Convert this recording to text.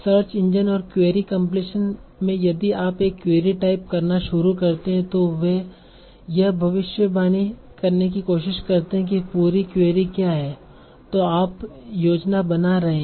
search engine और query completion में यदि आप एक क्वेरी टाइप करना शुरू करते हैं तो वे यह भी भविष्यवाणी करने की कोशिश करते हैं कि पूरी क्वेरी क्या है जो आप योजना बना रहे हैं